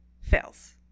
fails